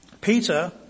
Peter